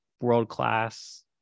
world-class